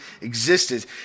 existed